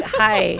hi